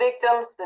victims